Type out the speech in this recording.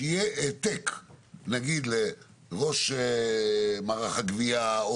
שיהיה העתק - נגיד לראש מערך הגבייה,